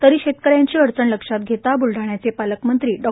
तरी शेतकऱ्यांची अडचण लक्षात घेता बुलडाण्याचे पालकमंत्री डॉ